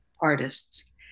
artists